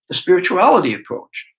the spirituality approach.